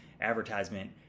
advertisement